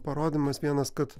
parodymas vienas kad